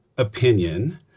opinion